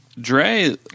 Dre